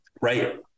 Right